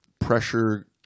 pressure